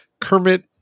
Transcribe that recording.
Kermit